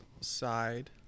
side